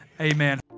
amen